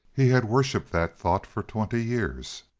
he had worshipped that thought for twenty years.